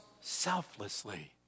selflessly